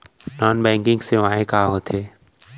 Non banking सेवाएं का होथे?